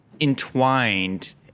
entwined